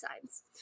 signs